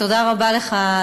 תודה רבה לך,